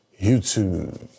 YouTube